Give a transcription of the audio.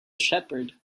shepherd